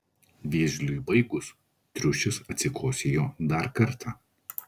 vėžliui baigus triušis atsikosėjo dar kartą